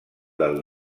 del